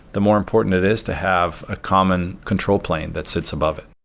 the more important it is to have a common control plane that sits above it.